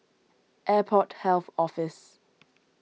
Airport Health Office